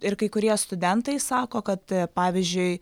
ir kai kurie studentai sako kad pavyzdžiui